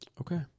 Okay